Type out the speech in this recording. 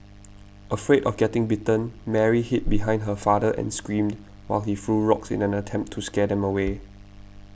afraid of getting bitten Mary hid behind her father and screamed while he threw rocks in an attempt to scare them away